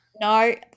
No